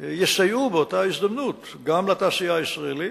יסייעו באותה הזדמנות גם לתעשייה הישראלית,